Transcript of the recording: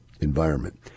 environment